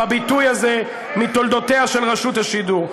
בביטוי הזה מתולדותיה של רשות השידור.